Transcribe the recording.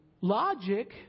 Logic